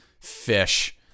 fish